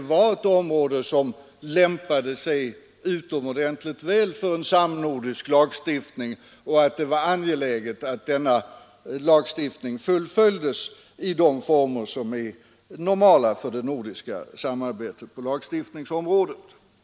var ett område som lämpade sig utomordentligt väl för en samnordisk lagstiftning och att det var angeläget att lagstiftningsarbetet fullföljdes i de former som är normala för det nordiska samarbetet på lagstiftningens område.